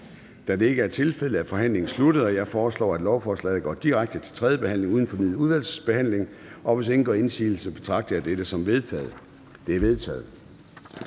af ALT og NB)? De er vedtaget. Jeg foreslår, at lovforslaget går direkte til tredje behandling uden fornyet udvalgsbehandling. Hvis ingen gør indsigelse, betragter jeg dette som vedtaget. Det er vedtaget.